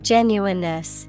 Genuineness